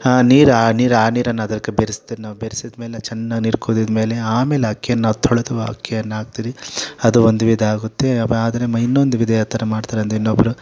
ನೀರಾ ನೀರು ಆ ನೀರನ್ನು ಅದಕ್ಕೆ ಬೇರೆಸ್ತೀರಿ ನಾವು ಬೆರೆಸಿದ ಮೇಲೆ ಚೆನ್ನಾಗಿ ನೀರು ಕುದ್ದ ಮೇಲೆ ಆಮೇಲೆ ಅಕ್ಕಿಯನ್ನು ತೊಳೆದು ಅಕ್ಕಿಯನ್ನು ಹಾಕ್ತೀರಿ ಅದು ಒಂದು ವಿಧ ಆಗುತ್ತೆ ಆದರೆ ಮಾ ಇನ್ನೊಂದು ವಿಧ ಯಾವ ಥರ ಮಾಡ್ತಾರೆ ಅಂದರೆ ಇನ್ನೊಬ್ಬರು